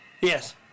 Yes